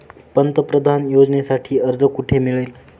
पंतप्रधान योजनेसाठी अर्ज कुठे मिळेल?